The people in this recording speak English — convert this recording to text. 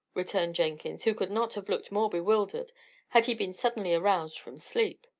returned jenkins, who could not have looked more bewildered had he been suddenly aroused from sleep.